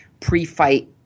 pre-fight